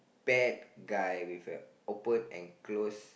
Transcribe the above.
bad guy with a open and close